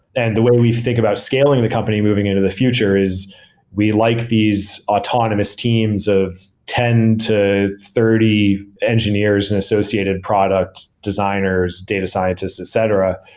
and the way we think about scaling the company moving into the future is we like these autonomous teams of ten to thirty engineers and associated product designers, data scientists, etc.